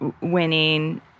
winning